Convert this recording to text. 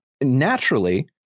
Naturally